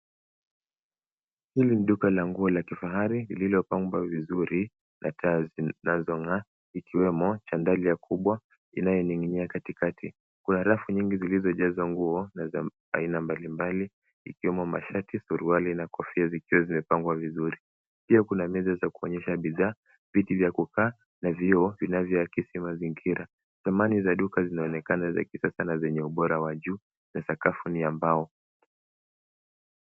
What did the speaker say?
Hili ni duka la nguo la kifahari lililopambwa vizuri na taa zinazong'aa ikiwemo chandelier kubwa inayoning'inia katikati. Kuna rafu nyingi zilizojaza nguo na za aina mbalimbali, ikiwemo mashati, suruali na kofia zikiwa zimepangwa vizuri. Pia kuna meza za kuonyesha bidhaa, viti vya kukaa na vioo vinayvoakisi mazingira . Samani za duka zinaonekana za kisasa na zenye ubora wa juu na sakafu ni ya mbao.